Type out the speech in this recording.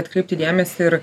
atkreipti dėmesį ir